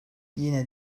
yine